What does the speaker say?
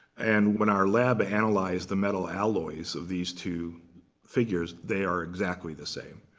and when our lab analyzed the metal alloys of these two figures, they are exactly the same.